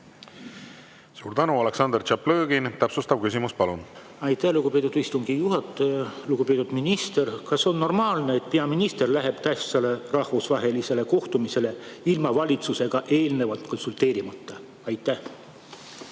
Suur tänu! Aleksandr Tšaplõgin, täpsustav küsimus, palun! Aitäh, lugupeetud istungi juhataja! Lugupeetud minister! Kas on normaalne, et peaminister läheb tähtsale rahvusvahelisele kohtumisele ilma valitsusega eelnevalt konsulteerimata? Aitäh,